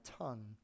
tongue